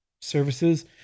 services